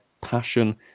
passion